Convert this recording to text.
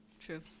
True